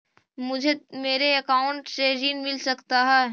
मुझे मेरे अकाउंट से ऋण मिल सकता है?